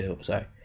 sorry